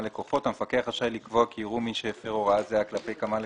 לקוחות המפקח רשאי לקבוע כי יראו מי שהפר הוראה זהה כלפי כמה לקוחות,